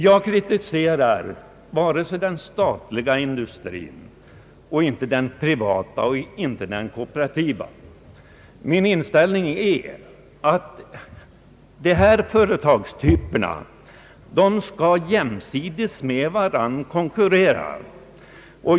Jag kritiserar varken den statliga, privata eller den kooperativa industrin. Min inställning är att de olika företagstyperna skall konkurrera med varandra.